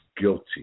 guilty